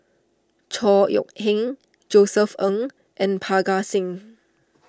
Chor Yeok Eng Josef Ng and Parga Singh